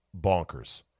bonkers